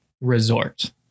Resort